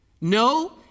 No